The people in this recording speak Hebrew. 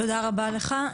תודה רבה לך.